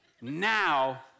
Now